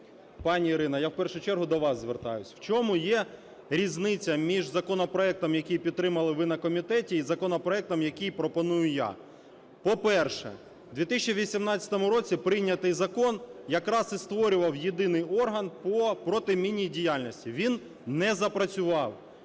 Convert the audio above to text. Пані Ірина, я в першу чергу до вас звертаюся. В чому є різниця між законопроектом, який підтримали ви на комітеті із законопроектом, який пропоную я? По-перше, в 2018 році прийнятий закон якраз і створював єдиний орган по протимінній діяльності. Він не запрацював,